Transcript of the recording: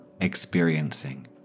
experiencing